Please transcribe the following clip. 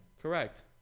Correct